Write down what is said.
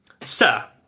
Sir